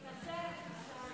מאיפה הנתון הזה?